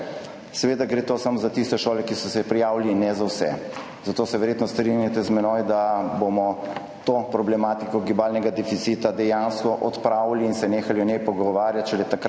Seveda gre samo za tiste šole, ki so se prijavile, in ne za vse. Zato se verjetno strinjate z menoj, da bomo to problematiko gibalnega deficita dejansko odpravili in se nehali o njej pogovarjati šele takrat,